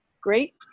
great